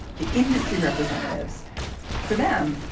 the industry representatives for them,